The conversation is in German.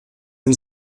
den